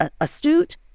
astute